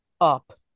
up